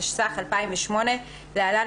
התשס"ח 2008 (להלן,